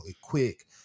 quick